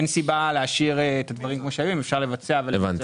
אין סיבה להשאיר את הדברים כמו שהם אלא אפשר לבצע יותר.